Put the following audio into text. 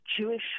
jewish